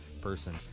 person